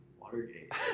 Watergate